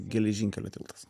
geležinkelio tiltas